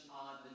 on